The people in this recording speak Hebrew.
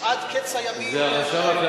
עד קץ הימים, לא, לא, זה לא החשב הכללי.